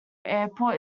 airport